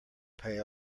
pay